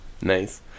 Nice